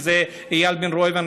איל בן ראובן,